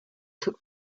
took